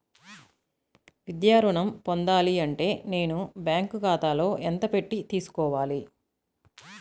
విద్యా ఋణం పొందాలి అంటే నేను బ్యాంకు ఖాతాలో ఎంత పెట్టి తీసుకోవాలి?